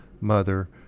mother